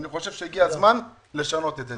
אני חושב שהגיע הזמן לשנות את זה.